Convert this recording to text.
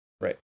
right